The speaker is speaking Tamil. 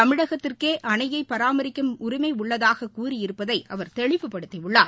தமிழகத்திற்கே அணையை பராமரிக்கும் உரிமை உள்ளதாக கூறியிருப்பதை அவர் தெளிவுப்படுத்தியுள்ளார்